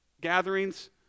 gatherings